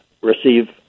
receive